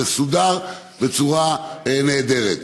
וזה סודר בצורה נהדרת.